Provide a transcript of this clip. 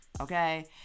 Okay